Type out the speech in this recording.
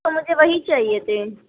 اور مجھے وہی چاہیے تھے